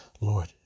Lord